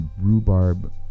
rhubarb